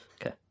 Okay